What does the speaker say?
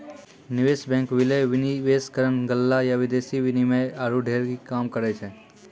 निवेश बैंक, विलय, विनिवेशकरण, गल्ला या विदेशी विनिमय आरु ढेरी काम करै छै